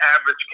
average